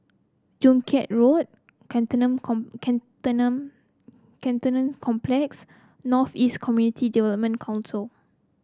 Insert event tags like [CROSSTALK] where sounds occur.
Joo Chiat Road [UNINTELLIGIBLE] com [UNINTELLIGIBLE] Cantonment Complex North East Community Development Council